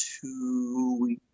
two